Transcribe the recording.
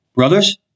Brothers